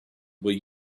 were